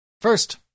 First